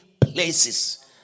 places